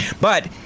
But-